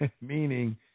meaning